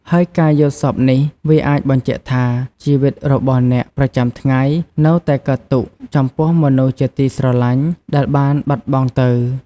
ហើយការយល់សប្តិនេះ វាអាចបញ្ជាក់ថា ជីវិតរបស់អ្នកប្រចាំថ្ងៃ នៅតែកើតទុក្ខ ចំពោះមនុស្សជាទីស្រលាញ់ ដែលបានបាត់បង់ទៅ។